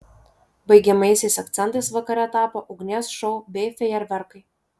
baigiamaisiais akcentais vakare tapo ugnies šou bei fejerverkai